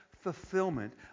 fulfillment